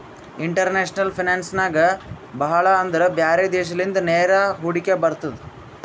international finance ನಾಗ್ ಭಾಳ ಅಂದುರ್ ಬ್ಯಾರೆ ದೇಶಲಿಂದ ನೇರ ಹೂಡಿಕೆ ಬರ್ತುದ್